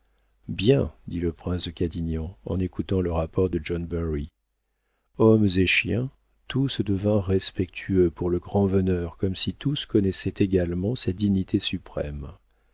bien dit le prince de cadignan en écoutant le rapport de john barry hommes et chiens tous devinrent respectueux pour le grand-veneur comme si tous connaissaient également sa dignité suprême